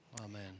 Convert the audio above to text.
Amen